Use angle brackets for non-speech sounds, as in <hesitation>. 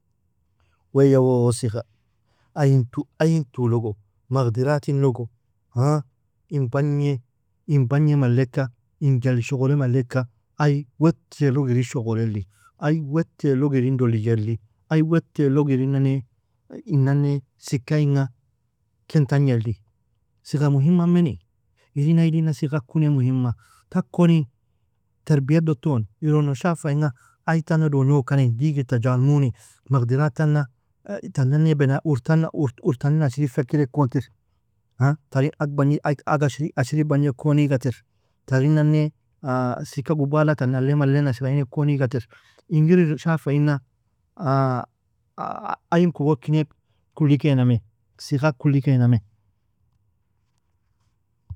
Way woo ثقة ayin tu ayin tulogo مقدرات inogo <hesitation> in bagne bagne maleka in jelli shogholi maleka ay wetalog irin shoghole li, ay wetalog inrin dolije li, ay wetalog irinane inane sika inga ken tagne li, ثقة muhimameni irin aylina ثقة kune muhima, takoni terbiadotona, ironon shafainga aytana dognokani, digita jalmuni, magdiratanga tanani, bena urtana urtanin ashrik fekerikon <hesitation> tarin ag bagnid ag ashri bagnikon igatir, tarinane <hesitation> sika gubala tan alle mallen ashra inekon igatir, ingir ir shafainga <hesitation> ayin kogorkenig kulikaname, ثقة kulikaname.